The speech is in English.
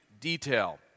detail